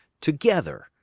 together